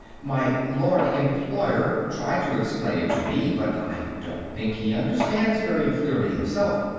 my lord employer tried to explain it to me, but i don't think he understands very clearly, himself.